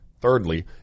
Thirdly